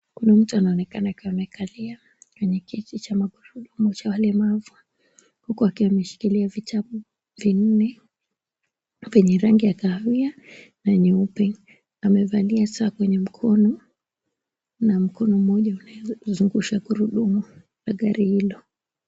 Kuna mtu anaonekana akiwa ameketi kwenye kiti cha magurudumu cha walemavu huku akiwa wa wameshikilia vitabu vinne vyenye rangi ya kahawia na nyeupe, amevalia saa kwenye mkono na mkono mmoja unazungusha gurudmu la gari hilo.